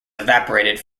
evaporated